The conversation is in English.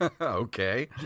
okay